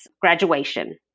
graduation